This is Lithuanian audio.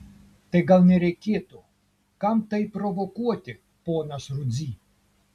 tai gal nereikėtų kam tai provokuoti ponas rudzy